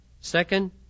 Second